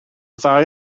ddau